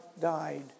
died